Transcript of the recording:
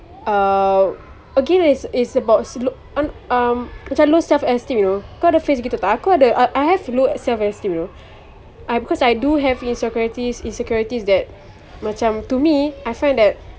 uh again it's it's about slo~ un~ um macam low self esteem you know kau ada face gitu tak aku ada I I have low self esteem you know cause I do have insecurities insecurities that macam to me I find that